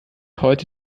heute